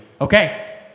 Okay